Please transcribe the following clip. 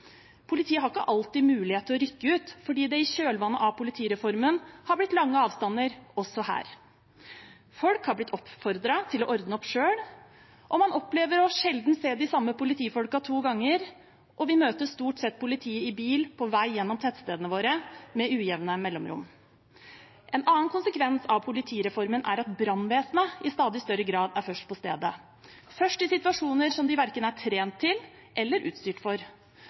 Politiet har ikke alltid mulighet til å rykke ut, fordi det i kjølvannet av politireformen har blitt lange avstander også her. Folk har blitt oppfordret til å ordne opp selv. Man opplever sjelden å se de samme politifolkene to ganger, og vi møter stort sett politiet i bil på vei gjennom tettstedene våre med ujevne mellomrom. En annen konsekvens av politireformen er at brannvesenet i stadig større grad er først på stedet. De er først i situasjoner de verken er trent til eller utstyrt for